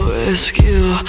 rescue